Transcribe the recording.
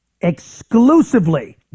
Exclusively